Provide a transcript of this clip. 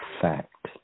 fact